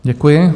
Děkuji.